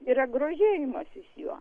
yra grožėjimasis juo